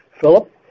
Philip